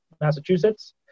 Massachusetts